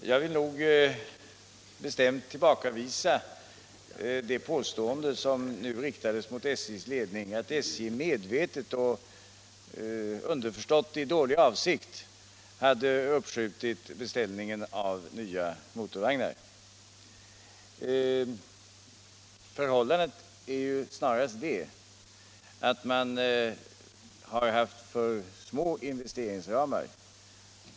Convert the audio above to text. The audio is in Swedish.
Herr talman! Jag vill bestämt tillbakavisa den beskyllning som nu riktades mot SJ:s ledning, nämligen att SJ medvetet och — underförstått — i dålig avsikt hade uppskjutit beställningen av nya motorvagnar. Förhållandet är snarast det att SJ har haft för små investeringsramar.